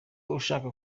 ushaka